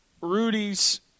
Rudy's